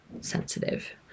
sensitive